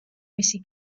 მისი